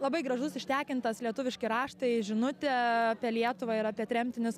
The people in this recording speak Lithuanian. labai gražus ištekintas lietuviški raštai žinutė apie lietuvą ir apie tremtinius